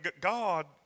God